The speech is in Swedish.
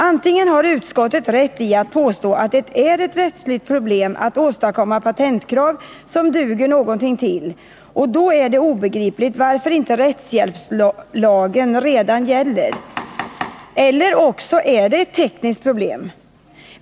Antingen har utskottet rätt när det påstår att det är ett rättsligt problem att formulera patentkrav som duger någonting till, och då är det obegripligt varför inte rättshjälpslagen redan gäller, eller också är det ett tekniskt problem.